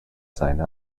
seine